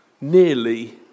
nearly